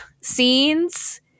scenes